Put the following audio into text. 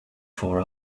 four